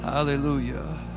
hallelujah